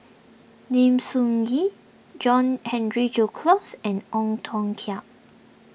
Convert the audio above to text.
Lim Soo Ngee John Henry Duclos and Ong Tiong Khiam